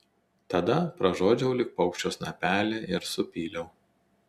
tada pražiodžiau lyg paukščio snapelį ir supyliau